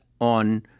on